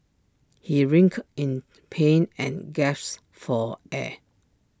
he writhed in pain and gasped for air